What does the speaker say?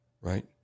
right